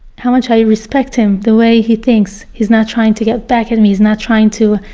how much i respect him, the way he thinks. he's not trying to get back at me, he's not trying to,